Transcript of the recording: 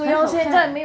很好看